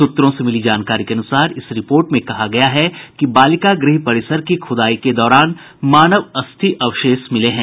सूत्रों से मिली जानकारी के अनुसार इस रिपोर्ट में कहा गया है कि बालिका गृह परिसर की खुदाई के दौरान मानव अस्थि अवशेष मिले हैं